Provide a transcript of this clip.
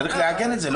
צריך לעגן את זה, לא?